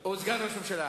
הוא סגן ראש הממשלה.